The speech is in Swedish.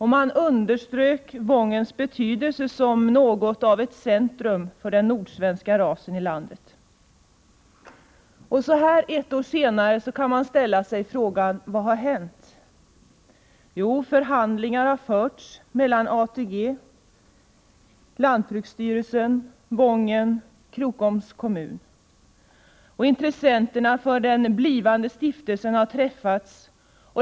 Man underströk Wångens betydelse som något av ett centrum för den nordsvenska rasen i landet. Så här ett år senare kan man ställa sig frågan: Vad har hänt? Jo, förhandlingar har förts mellan ATG, lantbruksstyrelsen, Wången och Krokoms kommun. Intressenterna för den blivande stiftelsen har träffats.